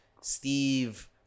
steve